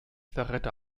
verräter